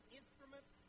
instruments